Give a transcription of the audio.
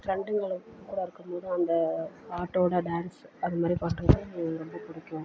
ஃப்ரெண்டுங்களு கூட இருக்கும் போது அந்த பாட்டோட டான்ஸ் அது மாதிரி பாட்டுலாம் எனக்கு ரொம்ப பிடிக்கும்